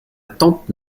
tante